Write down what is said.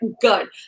good